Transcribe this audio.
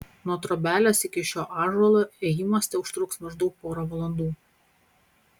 nuo trobelės iki šio ąžuolo ėjimas teužtruks maždaug porą valandų